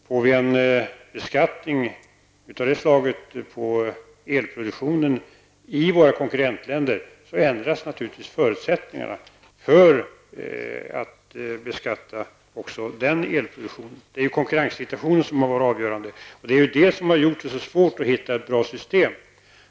Får vi en beskattning av det slaget på elproduktionen i våra konkurrentländer ändras naturligtvis förutsättningarna för att beskatta också den elproduktionen. Det är konkurrenssituationen som är avgörande. Det är det som har gjort det så svårt att hitta ett bra system.